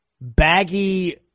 baggy